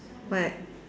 what